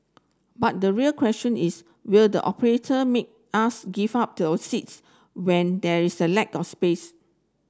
but the real question is will the operator make us give up to ours seats when there's a lack of space